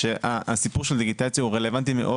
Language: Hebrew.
היא שהסיפור של דיגיטציה הוא רלוונטי מאוד